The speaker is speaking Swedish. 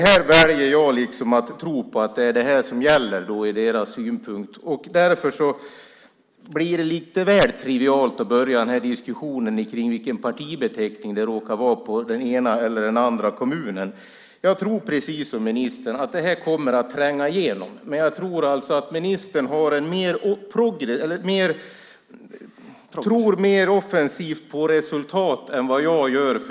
Jag väljer att tro att detta är det som gäller. Därför blir det lite väl trivialt att börja den här diskussionen med vilken partibeteckning som det råkar vara på dem som styr i den ena eller den andra kommunen. Jag tror precis som ministern att detta kommer att tränga igenom. Men jag tror att ministern tror mer offensivt på resultat än vad jag gör.